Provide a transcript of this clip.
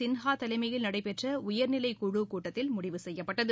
சின்ஹா தலைமையில் நடைபெற்ற உயர்நிலைக்குழு கூட்டத்தில் முடிவு செய்யப்பட்டது